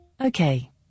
Okay